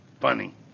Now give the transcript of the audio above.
Funny